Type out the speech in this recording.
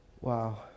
wow